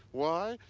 why?